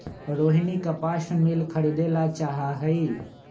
रोहिनी कपास मिल खरीदे ला चाहा हई